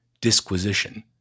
Disquisition